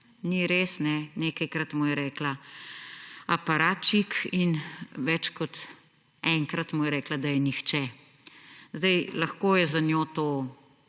Ni res, nekajkrat mu je rekla aparačik in več kot enkrat mu je rekla, da je nihče. Zdaj lahko je za njo to,